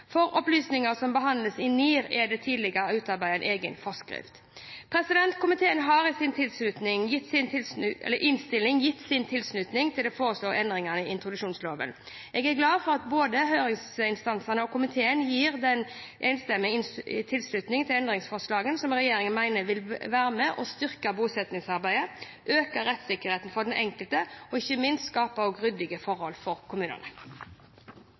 For opplysninger som behandles i NIR, er det tidligere utarbeidet en egen forskrift. Komiteen har i sin innstilling gitt sin tilslutning til de foreslåtte endringene i introduksjonsloven. Jeg er glad for at både høringsinstansene og komiteen gir en enstemmig tilslutning til endringsforslagene som regjeringen mener vil være med og styrke bosettingsarbeidet, øke rettssikkerheten for den enkelte og ikke minst også skape ryddige forhold for kommunene.